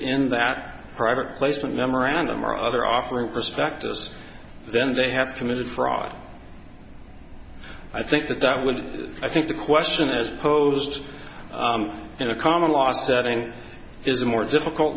n that private placement memorandum or other offering prospectus then they have committed fraud i think that that would i think the question is posed in a common law setting is a more difficult